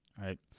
right